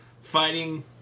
fighting